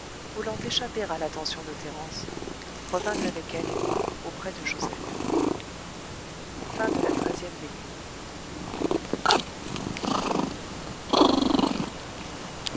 voulant échapper à l'attention de thérence revint avec elle et moi auprès de joseph quatorzième veillée